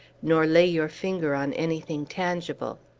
nor lay your finger on anything tangible.